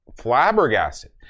flabbergasted